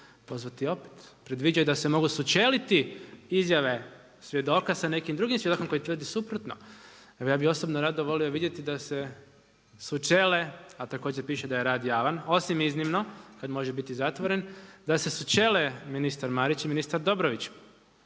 pozvati opet, predviđa da se mogu sučeliti izjave svjedoka sa nekim drugim svjedokom koji tvrdi suprotno. Evo ja bih osobno volio vidjeti da se sučele, a također piše da je rad javan, osim iznimno kada može biti zatvoren, da se sučele ministar Marić i Ministar Dobrović,